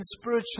spiritual